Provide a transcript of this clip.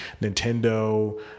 Nintendo